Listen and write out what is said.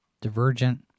...Divergent